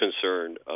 concerned